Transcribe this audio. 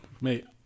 Mate